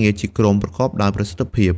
ញាចិត្តខ្ពស់ ភាពអត់ធ្មត់ និងជំនាញចម្រុះ ។